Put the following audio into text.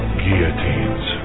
guillotines